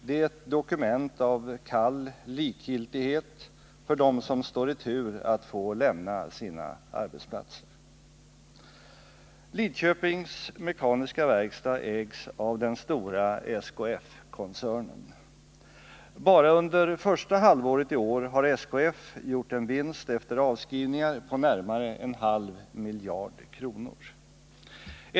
Det är ett dokument av kall likgiltighet för dem som står i tur att få lämna sina arbetsplatser. Lidköpings Mekaniska Verkstad ägs av den stora SKF-koncernen. Bara under första halvåret i år har SKF gjort en vinst efter avskrivningar på närmare en halv miljard kronor.